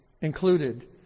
included